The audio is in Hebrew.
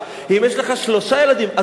אם יש לך שני ילדים תקבל כך וכך,